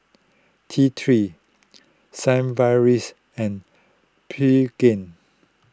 T three Sigvaris and Pregain